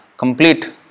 complete